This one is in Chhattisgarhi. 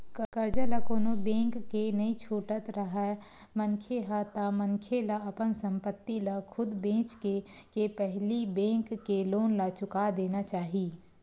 करजा ल कोनो बेंक के नइ छुटत राहय मनखे ह ता मनखे ला अपन संपत्ति ल खुद बेंचके के पहिली बेंक के लोन ला चुका देना चाही